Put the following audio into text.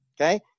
okay